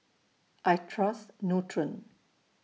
I Trust Nutren